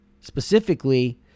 Specifically